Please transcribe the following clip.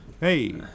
hey